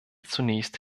zunächst